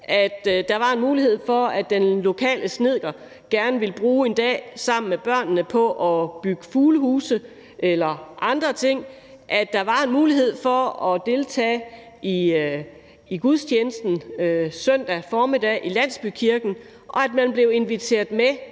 at der var en mulighed for, at den lokale snedker kunne bruge en dag sammen med børnene på at bygge fuglehuse eller andre ting, at der var en mulighed for at deltage i gudstjenesten søndag formiddag i landsbykirken, og at man blev inviteret med